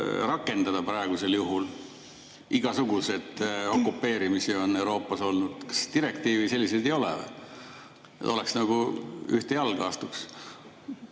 rakendada praegusel juhul? Igasugused okupeerimisi on Euroopas olnud. Kas direktiive selliseid ei ole? Siis astuks nagu ühte jalga.